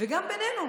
וגם בינינו.